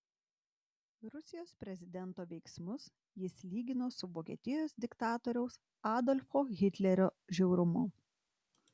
rusijos prezidento veiksmus jis lygino su vokietijos diktatoriaus adolfo hitlerio žiaurumu